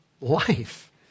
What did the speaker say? Life